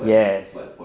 yes